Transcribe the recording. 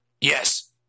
Yes